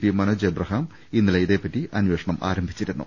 P Manoj Abraham ഇന്നലെ ഇതേപ്പറ്റി അന്വേഷണം ആരംഭിച്ചിരുന്നു